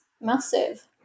massive